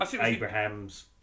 Abraham's